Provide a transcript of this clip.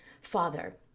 father